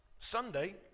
Sunday